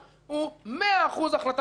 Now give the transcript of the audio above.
הוא 100% החלטה מדינית.